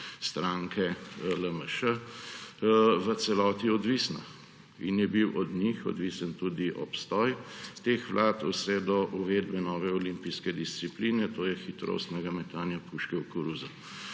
stranke LMŠ, v celoti odvisna. In je bil od njih odvisen tudi obstoj teh vlad vse do uvedbe nove olimpijske discipline, to je hitrostnega metanja puške v koruzo.